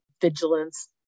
vigilance